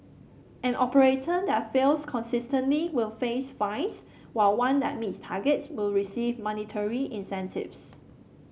an operator that fails consistently will face fines while one that meets targets will receive monetary incentives